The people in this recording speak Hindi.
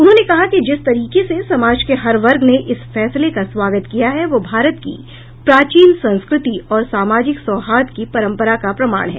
उन्होंने कहा कि जिस तरीके से समाज के हर वर्ग ने इस फैसले का स्वागत किया है वह भारत की प्राचीन संस्कृति और सामाजिक सौहार्द की परम्परा का प्रमाण है